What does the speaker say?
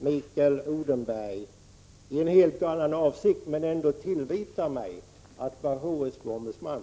Mikael Odenberg, i en helt annan avsikt, tillvitar mig att vara HSB ombudsman.